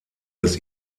des